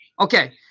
Okay